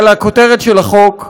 על הכותרת של החוק,